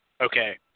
Okay